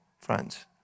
friends